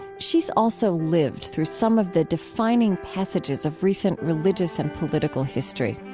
she's also lived through some of the defining passages of recent religious and political history.